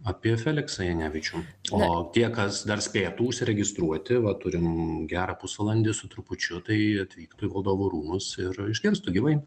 apie feliksą janevičių o tie kas dar spėtų užsiregistruoti vat turim gerą pusvalandį su trupučiu tai atvyktų į valdovų rūmus ir išgirstų gyvai